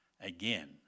again